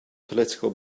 political